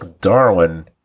Darwin